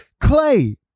clay